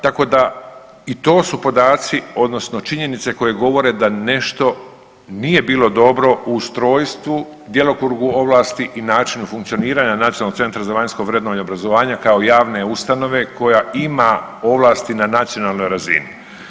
Tako da i to su podaci odnosno činjenice koje govore da nešto nije bilo dobro u ustrojstvu, djelokrugu ovlasti i načinu funkcioniranja Nacionalnog centra za vanjsko vrednovanje obrazovanja kao javne ustanove koja ima ovlasti na nacionalnoj razini.